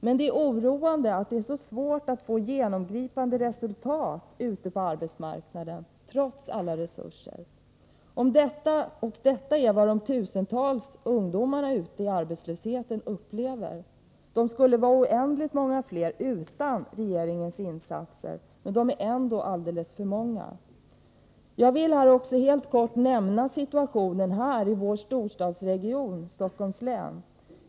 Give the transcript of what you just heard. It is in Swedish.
Men det är oroande att det är så svårt att få genomgripande resultat ute på arbetsmarknaden -— trots alla resurser. Och detta är vad de tusentals ungdomarna i arbetslösheten upplever. De skulle vara oändligt många fler utan regeringens insatser, men de är ändå alldeles för många. Jag vill också helt kort nämna situationen här i vår storstadsregion, Stockholms län.